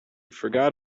forgot